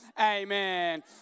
amen